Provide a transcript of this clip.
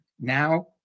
Now